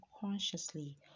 consciously